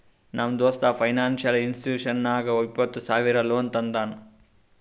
ನಮ್ ದೋಸ್ತ financial institution ನಾಗ್ ಇಪ್ಪತ್ತ ಸಾವಿರ ಲೋನ್ ತಂದಾನ್